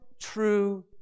true